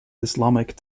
islamic